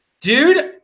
Dude